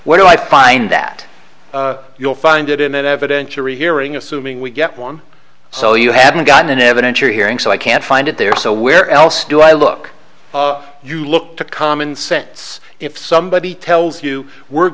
where do i find that you'll find it in an evidentiary hearing assuming we get one so you haven't gotten an evidentiary hearing so i can't find it there so where else do i look you look to common sense if somebody tells you we're